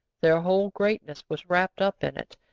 their whole greatness was wrapped up in it.